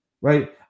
right